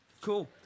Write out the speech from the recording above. Cool